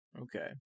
Okay